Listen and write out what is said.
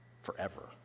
forever